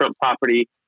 property